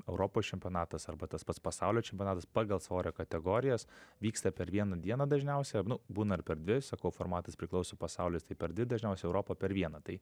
europos čempionatas arba tas pats pasaulio čempionatas pagal svorio kategorijas vyksta per vieną dieną dažniausia būna ir per dvi sakau formatas priklauso pasaulis tai per dvi dažniausiai europa per vieną tai